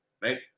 Right